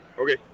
Okay